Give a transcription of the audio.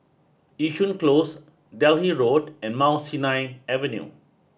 Yishun Close Delhi Road and Mount Sinai Avenue